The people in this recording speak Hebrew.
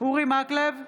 אורי מקלב,